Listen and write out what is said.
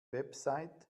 website